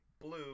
blue